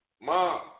mom